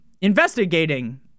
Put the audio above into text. Investigating